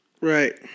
Right